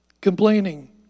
complaining